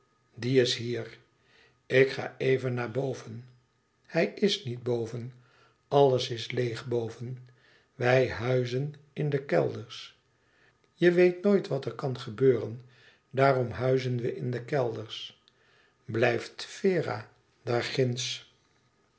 die is hier ik ga even naar boven hij is niet boven alles is leêg boven wij huizen in de kelders je weet nooit wat er kan gebeuren daarom huizen we in de kelders blijft vera